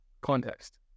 context